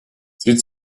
sieh